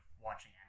watching